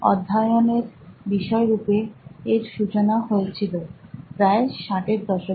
অধ্যায়ন এর বিষয়রূপে এর সূচনা হয়েছিল প্রায় ষাটের দশকে